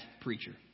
preacher